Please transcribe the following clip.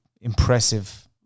impressive